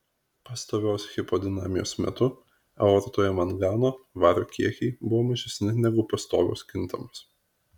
pastovios hipodinamijos metu aortoje mangano vario kiekiai buvo mažesni negu pastovios kintamos